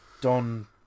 Don